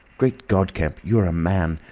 great god! kemp, you are a man.